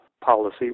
policy